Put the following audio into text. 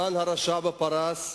המן הרשע בפרס,